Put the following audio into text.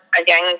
again